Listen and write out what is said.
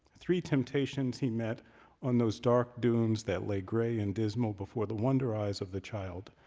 three temptations he met on those dark dunes that lay gray and dismal before the wonder eyes of the child.